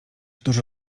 dużo